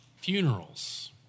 Funerals